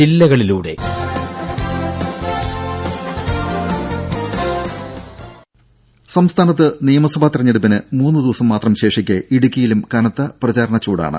രും സംസ്ഥാനത്ത് നിയമസഭാ തെരഞ്ഞെടുപ്പിന് മൂന്നുദിവസം മാത്രം ശേഷിക്കെ ഇടുക്കിയിലും കനത്ത പ്രചാരണച്ചൂടാണ്